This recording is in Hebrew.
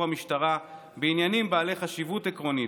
המשטרה בעניינים בעלי חשיבות עקרונית,